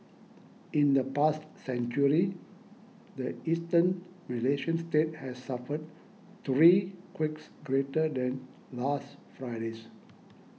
in the past century the eastern Malaysian state has suffered three quakes greater than last Friday's